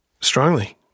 strongly